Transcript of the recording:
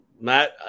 matt